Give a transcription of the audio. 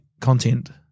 content